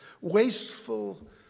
Wasteful